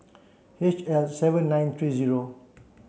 H L seven nine three zero